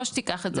או שתיקח את זה,